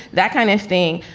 that kind of thing.